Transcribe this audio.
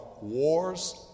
wars